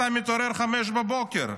ככה, אתה מתעורר ב-05:00,